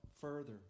further